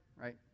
right